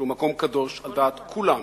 שעל דעת כולם,